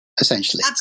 essentially